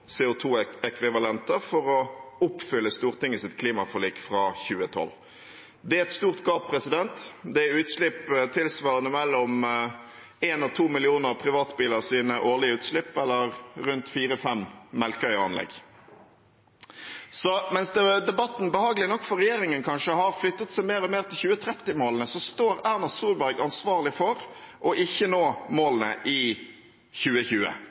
for å oppfylle Stortingets klimaforlik fra 2012. Det er et stort gap. Det er utslipp tilsvarende årlige utslipp fra mellom 1 og 2 millioner privatbiler, eller fire–fem Melkøya-anlegg. Så mens debatten – behagelig nok for regjeringen, kanskje – har flyttet seg mer og mer mot 2030-målene, står Erna Solberg ansvarlig for ikke å nå målene i 2020.